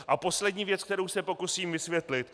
A poslední věc, kterou se pokusím vysvětlit.